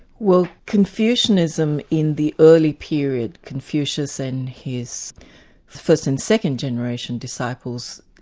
well, confucianism in the early period, confucius and his first and second generation disciples,